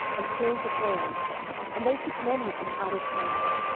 and came to paran and they took men with them out of paran,